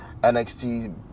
NXT